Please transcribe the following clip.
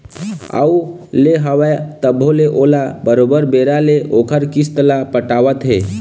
अउ ले हवय तभो ले ओला बरोबर बेरा ले ओखर किस्त ल पटावत हे